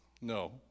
No